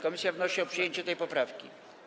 Komisja wnosi o przyjęcie tej poprawki.